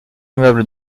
immeubles